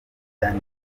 danny